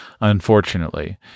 unfortunately